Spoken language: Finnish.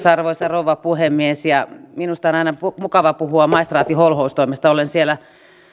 arvoisa rouva puhemies minusta on aina mukava puhua maistraatin holhoustoimesta olen siellä